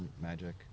magic